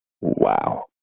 Wow